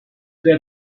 too